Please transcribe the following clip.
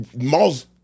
malls